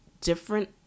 different